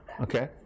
Okay